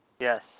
Yes